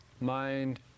mind